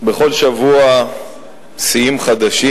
בכל שבוע שיאים חדשים,